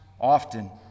often